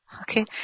Okay